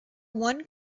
one